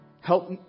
Help